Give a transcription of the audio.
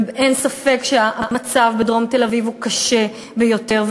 ואין ספק שהמצב בדרום תל-אביב קשה ביותר,